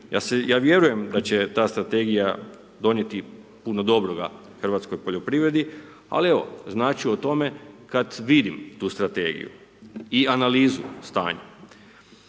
Ja vjerujem da će ta strategija donijeti puno dobroga hrvatskoj poljoprivredi, ali evo, znat ću o tome kad vidim tu strategiju i analizu stanja.